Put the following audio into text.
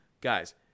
guys